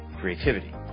creativity